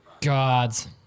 Gods